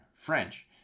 French